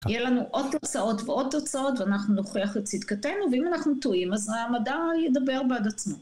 יהיה לנו עוד תוצאות ועוד תוצאות, ואנחנו נוכיח את צדקתנו, ואם אנחנו טועים, אז המדע ידבר בעד עצמו.